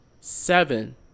seven